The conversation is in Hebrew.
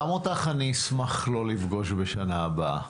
גם אותך אשמח לא לפגוש בשנה הבאה.